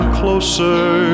closer